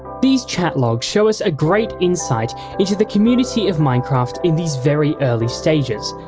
these chat logs show us a great insight into the community of minecraft in these very early stages.